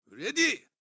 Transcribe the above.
Ready